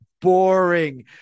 boring